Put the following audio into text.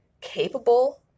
capable